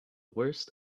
worst